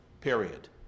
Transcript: period